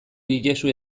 diezu